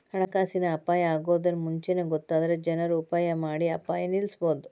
ಹಣಕಾಸಿನ್ ಅಪಾಯಾ ಅಗೊದನ್ನ ಮುಂಚೇನ ಗೊತ್ತಾದ್ರ ಏನರ ಉಪಾಯಮಾಡಿ ಅಪಾಯ ನಿಲ್ಲಸ್ಬೊದು